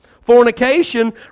Fornication